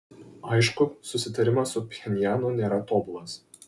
aišku susitarimas su pchenjanu nėra tobulas